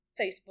Facebook